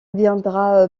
viendra